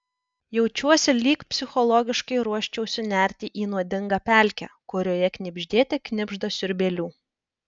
jaučiuosi lyg psichologiškai ruoščiausi nerti į nuodingą pelkę kurioje knibždėte knibžda siurbėlių